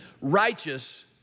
righteous